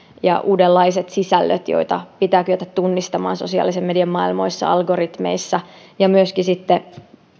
ja uudenlaiset sisällöt joita pitää kyetä tunnistamaan sosiaalisen median maailmoissa argoritmeissa ja myöskin sitten